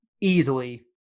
easily